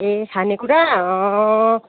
ए खाने कुरा